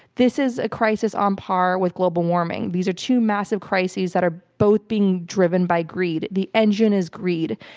this is a crisis on par with global warming. these are two massive crises that are both being driven by greed. the engine is greed,